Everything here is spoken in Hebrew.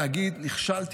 להגיד: נכשלתי,